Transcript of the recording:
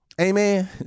Amen